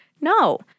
No